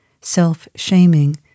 self-shaming